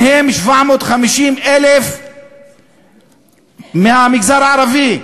מהם 750,00 מהמגזר הערבי.